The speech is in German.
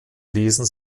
lesen